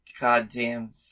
goddamn